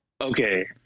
Okay